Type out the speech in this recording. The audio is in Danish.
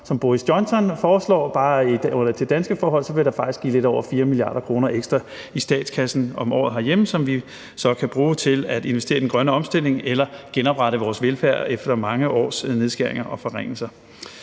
under danske forhold vil der blive lidt over 4 mia. kr. ekstra i statskassen om året herhjemme, som vi så kan bruge til at investere i den grønne omstilling eller genoprette vores velfærd efter mange års nedskæringer og forringelser.